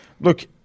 Look